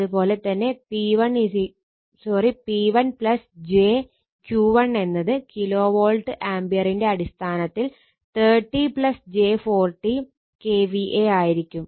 അതുകൊണ്ട് തന്നെ P1 j Q1 എന്നത് കിലോ വോൾട്ട് ആംപിയറിന്റെ അടിസ്ഥാനത്തിൽ 30 j 40 KVA ആയിരിക്കും